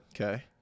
Okay